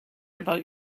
about